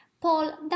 Paul